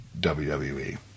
WWE